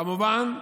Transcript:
כמובן,